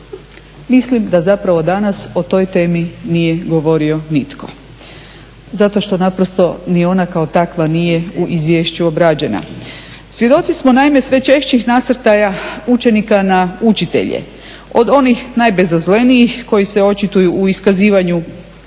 Mislim da zapravo danas o toj temi nije govorio nitko. Zato što ni ona kao takva nije u izvješću obrađena. Svjedoci smo naime sve češćih nasrtaja učenika na učitelje, od onih najbezazlenijih koji se očituju u iskazivanju